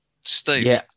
Steve